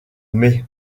mai